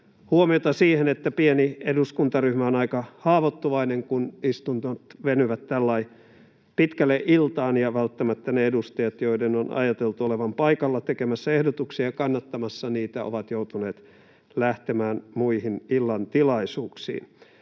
huomiota siihen, että pieni eduskuntaryhmä on aika haavoittuvainen, kun istunnot venyvät tällä tavalla pitkälle iltaan, ja välttämättä ne edustajat, joiden on ajateltu olevan paikalla tekemässä ehdotuksia ja kannattamassa niitä, ovat joutuneet lähtemään muihin illan tilaisuuksiin.